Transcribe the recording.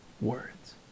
Words